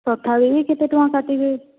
ତଥାପି ବି କେତେ ଟଙ୍କା କାଟିବେ